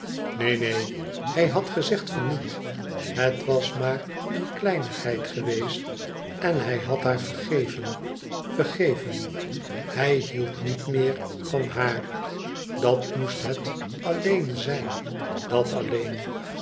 neen neen hij had gezegd van niet het was maar een kleinigheid geweest en hij had haar vergeven vergeven hij hield niet meer van haar dat moest het alleen zijn dat alleen